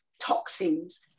toxins